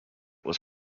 was